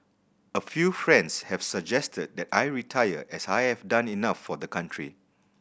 a few friends have suggested that I retire as I have done enough for the country